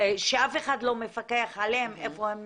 שאף אחד לא מפקח איפה הם נמצאים,